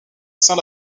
saint